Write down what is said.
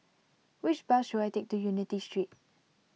which bus should I take to Unity Street